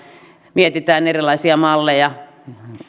mietitään erilaisia malleja